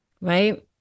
Right